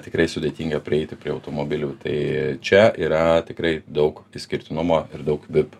tikrai sudėtinga prieiti prie automobilių tai čia yra tikrai daug išskirtinumo ir daug vip